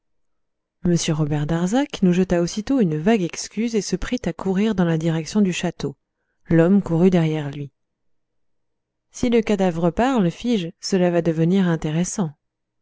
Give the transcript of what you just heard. robert darzac nous jeta aussitôt une vague excuse et se prit à courir dans la direction du château l'homme courut derrière lui si le cadavre parle fis-je cela va devenir intéressant